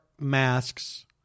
masks